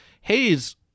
Hayes